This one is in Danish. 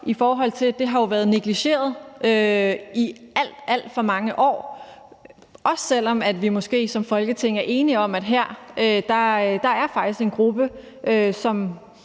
i forhold til at det jo har været negligeret i alt, alt for mange år – også selv om vi måske som Folketing er enige om, at her er der